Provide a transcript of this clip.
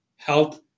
health